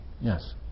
Yes